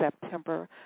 September